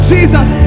Jesus